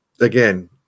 again